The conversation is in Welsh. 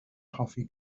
hoffi